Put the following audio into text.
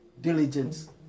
diligence